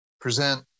present